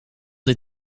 dit